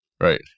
right